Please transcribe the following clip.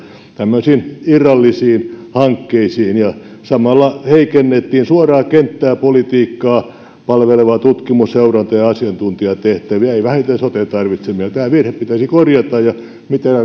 tämmöisiin irrallisiin hankkeisiin ja samalla heikennettiin suoraan kenttää ja politiikkaa palvelevia tutkimus seuranta ja asiantuntijatehtäviä ei vähiten soten tarvitsemia tämä virhe pitäisi korjata ja miten arvoisa